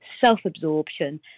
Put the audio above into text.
self-absorption